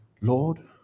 Lord